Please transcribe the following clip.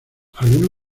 alguna